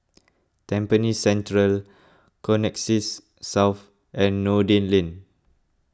Tampines Central Connexis South and Noordin Lane